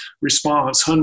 response